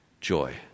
joy